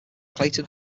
clayton